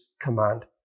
command